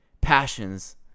passions